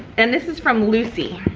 and this is from lucie.